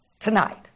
tonight